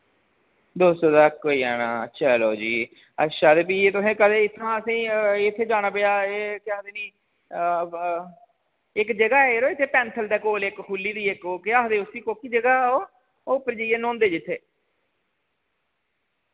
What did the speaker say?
दो सौ तक होई जाना चलो जी अच्छा ते फ्ही एह् तुसैं कदें इत्थोआं असेंई इत्थै जाना पेया एह् केह् आखदे जी इक जगह यरो इत्थै पैंथल दे कोल इक खुल्ली दी इक ओ केह् आखदे उसी कोह्की जगह ओह् उप्पर जाइयै न्हौंदे जि्त्थै